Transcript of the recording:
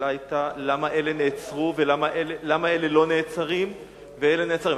השאלה היתה למה אלה לא נעצרים ואלה נעצרים.